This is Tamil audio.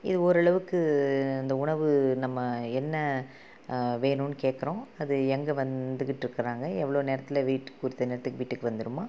இது ஓரளவுக்கு இந்த உணவு நம்ம என்ன வேணும்னு கேட்குறோம் அது எங்கே வந்துக்கிட்டு இருக்கிறாங்க எவ்வளோ நேரத்தில் வீட்டுக்கு குறித்த நேரத்துக்கு வீட்டுக்கு வந்துடுமா